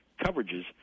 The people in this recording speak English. coverages